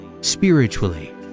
spiritually